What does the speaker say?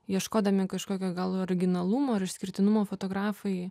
ieškodami kažkokio gal originalumo ar išskirtinumo fotografai